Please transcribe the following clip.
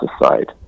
aside